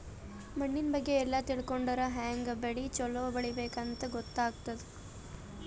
ಮಣ್ಣಿನ್ ಬಗ್ಗೆ ಎಲ್ಲ ತಿಳ್ಕೊಂಡರ್ ಹ್ಯಾಂಗ್ ಬೆಳಿ ಛಲೋ ಬೆಳಿಬೇಕ್ ಅಂತ್ ಗೊತ್ತಾಗ್ತದ್